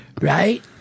Right